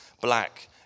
black